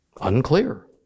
Unclear